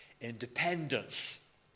independence